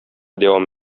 дәвам